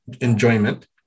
enjoyment